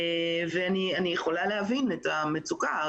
אני יכולה להבין את המצוקה,